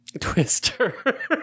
Twister